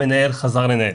המנהל חזר לנהל.